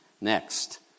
Next